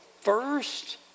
first